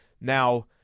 Now